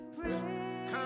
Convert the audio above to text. pray